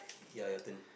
ya your turn